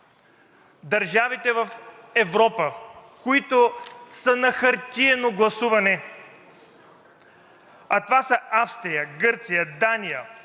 държавите в Европа, които са на хартиено гласуване, а това са Австрия, Гърция, Дания,